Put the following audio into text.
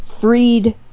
freed